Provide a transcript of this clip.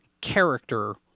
character